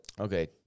Okay